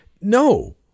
no